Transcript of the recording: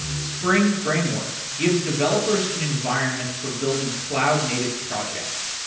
spring framework gives developers an environment for building cloud-native projects.